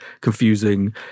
confusing